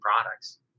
products